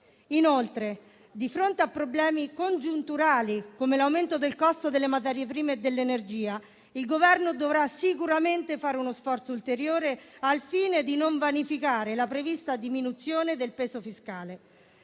Inoltre, di fronte a problemi congiunturali come l'aumento del costo delle materie prime e dell'energia, il Governo dovrà sicuramente fare uno sforzo ulteriore al fine di non vanificare la prevista diminuzione del peso fiscale.